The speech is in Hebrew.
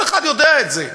כל אחד יודע את זה.